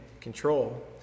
control